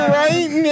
right